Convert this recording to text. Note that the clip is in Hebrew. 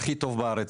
הכי טוב בארץ,